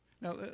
Now